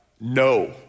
no